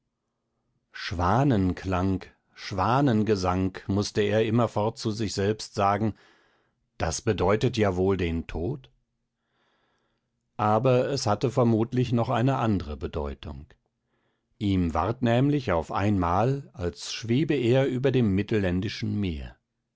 schwanenklang schwanengesang mußte er immerfort zu sich selbst sagen das bedeutet ja wohl den tod aber es hatte vermutlich noch eine andre bedeutung ihm ward nämlich auf einmal als schwebe er über dem mittelländischen meer